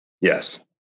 Yes